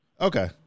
Okay